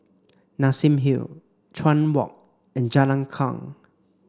Nassim Hill Chuan Walk and Jalan Kuang